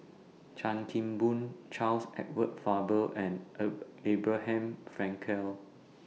Chan Kim Boon Charles Edward Faber and Abraham Frankel